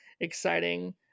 exciting